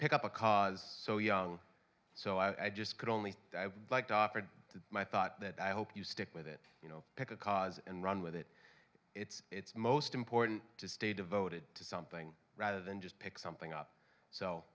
pick up a cause so young so i just could only like to offer it to my thought that i hope you stick with it you know pick a cause and run with it it's most important to stay devoted to something rather than just pick something up so